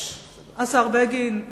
השר בגין,